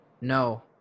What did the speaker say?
No